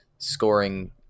scoring